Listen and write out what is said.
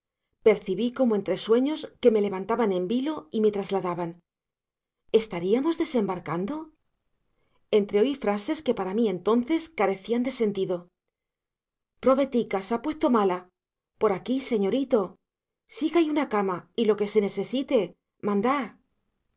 percibí como entre sueños que me levantaban en vilo y me trasladaban estaríamos desembarcando entreoí frases que para mí entonces carecían de sentido probetica sa puesto mala por aquí señorito sí que hay cama y lo que se necesite mandar